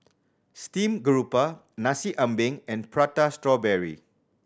steamed garoupa Nasi Ambeng and Prata Strawberry